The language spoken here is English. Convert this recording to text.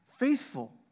faithful